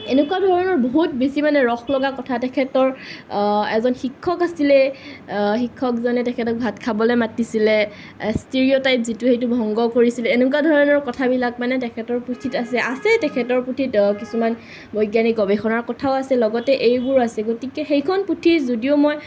এনেকুৱা ধৰণৰ বহুত বেছি মানে ৰস লগা কথা তেখেতৰ এজন শিক্ষক আছিলে শিক্ষকজনে তেখেত ভাত খাবলৈ মাতিছিলে ষ্টেৰিঅ'টাইপ যিটড়ো সেইটো ভংগ কৰিছিলে এনেকুৱা ধৰণৰ কথাবিলাক মানে তেখেতৰ পুথিত আছে আছে তেখেতৰ পুথিত কিছুমান বৈজ্ঞানিক গৱেষণাৰ কথাও আছে লগতে এইবোৰো আছে গতিকে সেইখন পুথিও যদিও মই